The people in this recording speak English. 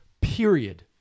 period